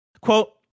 Quote